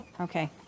Okay